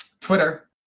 Twitter